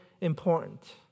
important